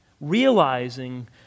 realizing